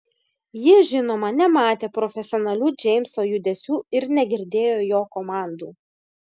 ji žinoma nematė profesionalių džeimso judesių ir negirdėjo jo komandų